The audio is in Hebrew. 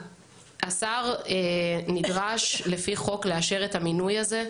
השר נדרש לפי חוק לאשר את המינוי הזה.